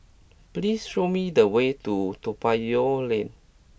please show me the way to Toa Payoh Lane